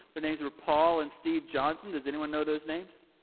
their names were paul and steve johnson. does anyone know those names?